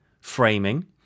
Framing